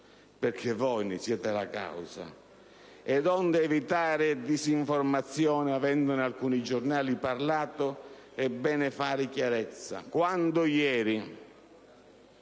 perché voi ne siete la causa. Ed onde evitare disinformazione, avendone alcuni giornali parlato, è bene fare chiarezza: quando ieri,